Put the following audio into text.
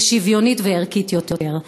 שוויונית וערכית יותר.